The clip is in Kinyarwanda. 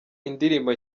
indirimbo